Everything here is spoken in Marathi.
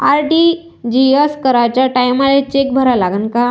आर.टी.जी.एस कराच्या टायमाले चेक भरा लागन का?